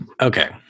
Okay